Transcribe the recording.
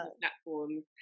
platforms